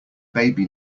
baby